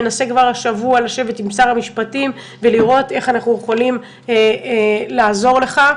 ננסה כבר השבוע לשבת עם שר המשפטים ולראות איך אנחנו יכולים לעזור לך.